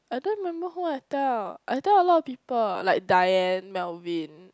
I don't remember who I tell I tell a lot of people like Diane Melvin